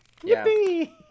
Yippee